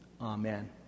Amen